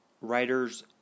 writers